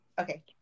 Okay